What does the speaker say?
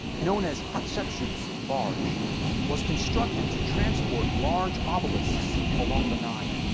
known as hatshepsut's barge was constructed to transport large obelisks along the nile.